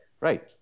right